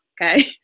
okay